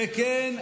וכן,